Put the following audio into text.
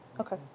okay